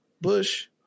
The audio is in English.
Bush